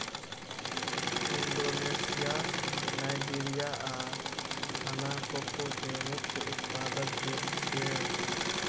Indonesia, Nigeria आ Ghana cocoa के मुख्य उत्पादक देश छियै